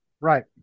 Right